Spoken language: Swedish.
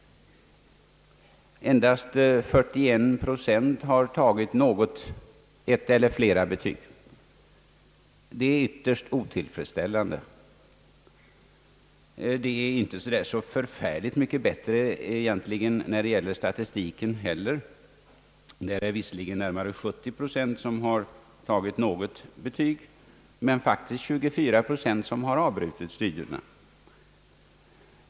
Endast 41 procent har lyckats klara ett eller flera betyg. Det är ytterst otillfredsställande. Det är inte mycket bätt re när det gäller ämnet statistik. Där är det visserligen närmare 70 procent som har tagit något betyg, men faktiskt 24 procent som har avbrutit studierna.